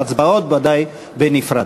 ההצבעות, ודאי בנפרד.